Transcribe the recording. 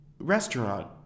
restaurant